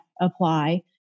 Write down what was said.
apply